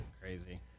Crazy